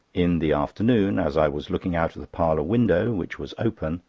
in the afternoon, as i was looking out of the parlour window, which was open,